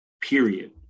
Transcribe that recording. Period